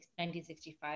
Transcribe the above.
1965